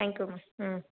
thank you ma'am ம்